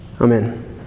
Amen